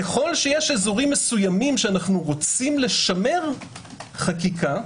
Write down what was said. ככל שיש אזורים מסוימים שאנו רוצים לשמר חקיקה,